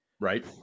Right